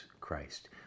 Christ